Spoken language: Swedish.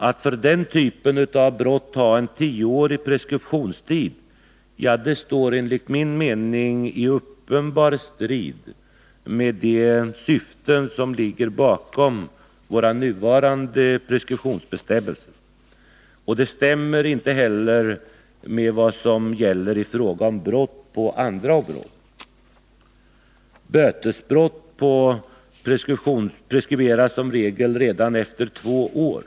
Att för den typen av brott ha en tioårig preskriptionstid står enligt min mening i uppenbar strid mot de syften som ligger bakom våra nuvarande preskriptionsbestämmelser. Det stämmer inte heller med vad som gäller i fråga om brott på andra områden. Bötesbrott preskriberas som regel redan efter två år.